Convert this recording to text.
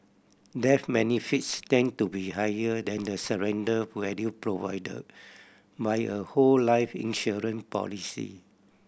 death benefits tend to be higher than the surrender value provided by a whole life insurance policy